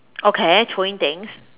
okay throwing things